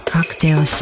Cocktail